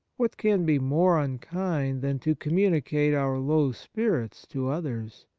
what can be more unkind than to com municate our low spirits to others,